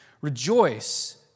Rejoice